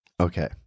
Okay